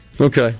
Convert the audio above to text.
Okay